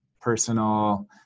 personal –